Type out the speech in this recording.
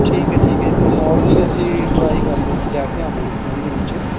ਠੀਕ ਹੈ ਠੀਕ ਹੈ ਫੇਰ ਮੋਰਨਿੰਗ ਅਸੀਂ ਟਰਾਈ ਕਰਦੇ ਉੱਥੇ ਜਾ ਕੇ ਆਵਾਂਗੇ ਸਕੂਲ ਦੇ ਵਿੱਚ